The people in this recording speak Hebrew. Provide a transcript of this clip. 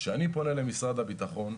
אני פונה למשרד הביטחון,